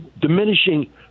diminishing